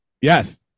Yes